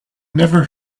never